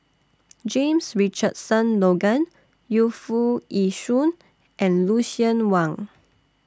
James Richardson Logan Yu Foo Yee Shoon and Lucien Wang